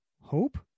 hope